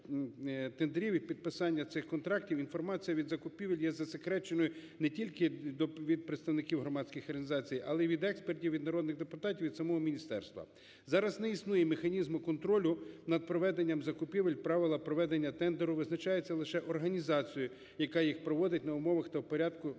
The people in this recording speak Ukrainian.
і підписання цих контрактів інформація від закупівель є засекреченою не тільки від представників громадських організацій, але і від експертів, від народних депутатів, від самого міністерства. Зараз не існує механізму контролю над проведенням закупівель, правила проведення тендеру визначаються лише організацією, яка їх проводить на умовах та в порядку, що